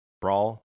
Brawl